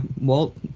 Walt